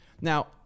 Now